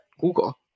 Google